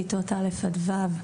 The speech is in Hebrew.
כיתות א'-ו',